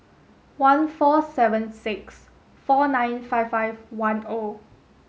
one four seven six four nine five five one O